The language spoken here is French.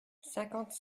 cinquante